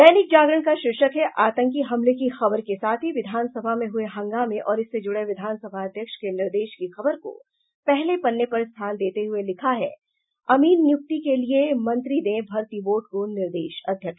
दैनिक जागरण का शीर्षक है आतंकी हमले की खबर के साथ ही विधान सभा में हुए हंगामे और इससे जुड़े विधानसभा अध्यक्ष के निर्देश की खबर को पहले पन्ने पर स्थान देते हुए लिखा है अमीन नियुक्ति के लिए मंत्री दें भर्ती बोर्ड को निर्देश अध्यक्ष